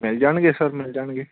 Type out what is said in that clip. ਮਿਲ ਜਾਣਗੇ ਸਰ ਮਿਲ ਜਾਣਗੇ